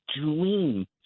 dream